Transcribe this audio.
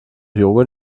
joghurt